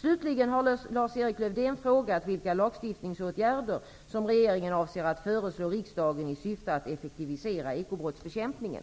Slutligen har Lars-Erik Lövdén frågat vilka lagstiftningsåtgärder som regeringen avser att föreslå riksdagen i syfte att effektivisera ekobrottsbekämpningen.